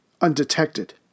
undetected